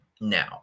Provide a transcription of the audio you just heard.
now